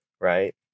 right